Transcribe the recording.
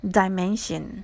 dimension